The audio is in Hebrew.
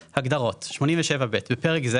הגדרות 87ב. בפרק זה